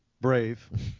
brave